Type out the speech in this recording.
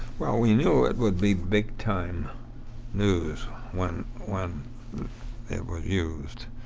well, we knew it would be big-time news when when it was used.